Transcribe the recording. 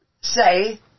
say